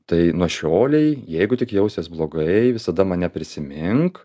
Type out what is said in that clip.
tai nuo šiolei jeigu tik jausies blogai visada mane prisimink